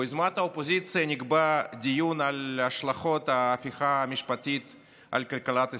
ביוזמת האופוזיציה נקבע דיון על השלכות ההפיכה המשפטית על כלכלת ישראל,